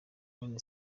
none